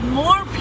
more